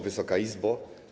Wysoka Izbo!